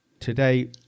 Today